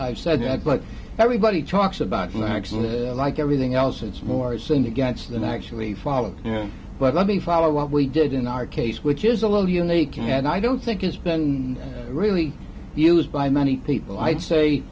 i've said that but everybody talks about like everything else it's more seen against than actually follow you know but let me follow what we did in our case which is a little unique and i don't think it's been really used by many people i'd say